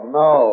no